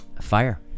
fire